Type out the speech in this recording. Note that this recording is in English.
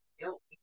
help